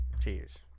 cheers